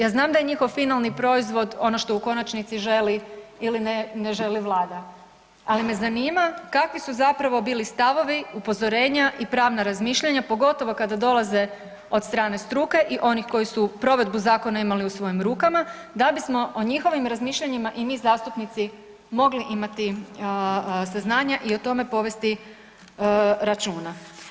Ja znam da je njihov finalni proizvod ono što u konačnici želi ili ne želi Vlada, ali me zanima kakvi su zapravo bili stavovi, upozorenja i pravna razmišljanja pogotovo kada dolaze od strane struke i onih koji su provedbu zakona imali u svojim rukama da bismo o njihovim razmišljanjima i mi zastupnici mogli imati saznanja i o tome povesti računa.